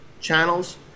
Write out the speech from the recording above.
channels